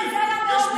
כן, זה היה מאוד מכובד.